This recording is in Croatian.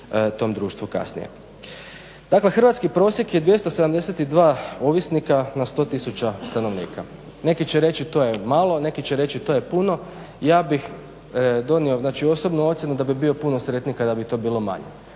tom društvu kasnije. Dakle, hrvatski prosjek je 272 ovisnika na 100 tisuća stanovnika. Neki će reći to je malo, neki će reći to je puno, ja bih donio znači osobnu ocjenu da bi bio puno sretniji kada bi to bilo manje.